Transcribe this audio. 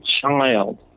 child